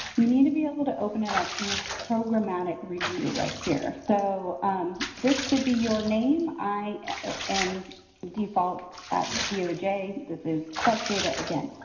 you need to be able to open it up in this programmatic review right here. so this should be your name. i am default at doj. this is test data again,